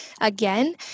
again